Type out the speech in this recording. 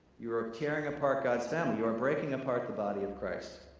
you are tearing apart god's family, you are breaking apart the body of christ.